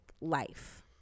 life